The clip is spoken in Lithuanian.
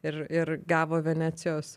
ir ir gavo venecijos